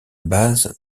base